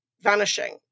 vanishing